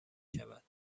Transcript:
شود